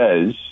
says